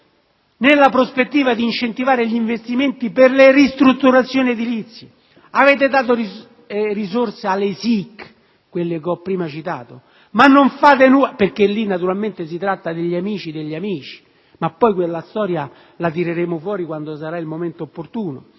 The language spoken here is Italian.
nella prospettiva di incentivare gli investimenti per le ristrutturazioni edilizie. Avete dato risorse alle SIIQ, che ho prima citato, perché lì naturalmente si tratta degli amici degli amici (quella storia la tireremo fuori quando sarà il momento opportuno),